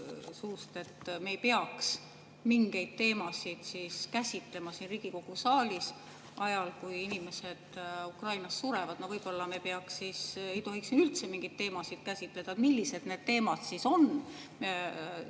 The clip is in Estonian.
suust, et me ei peaks mingeid teemasid käsitlema siin Riigikogu saalis ajal, kui inimesed Ukrainas surevad. Võib-olla me ei tohiks siin siis üldse mingeid teemasid käsitleda. Millised need teemad siis on,